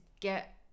get